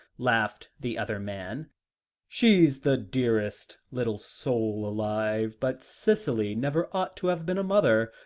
laughed the other man she's the dearest little soul alive, but cicely never ought to have been a mother,